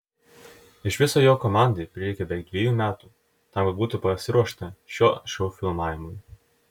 iš viso jo komandai prireikė beveik dviejų metų tam kad būtų pasiruošta šio šou filmavimui